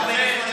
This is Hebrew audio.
לא נכונים,